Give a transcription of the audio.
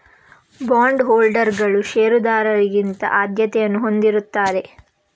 bond ಹೋಲ್ಡರುಗಳು ಷೇರುದಾರರಿಗಿಂತ ಆದ್ಯತೆಯನ್ನು ಹೊಂದಿರುತ್ತಾರೆ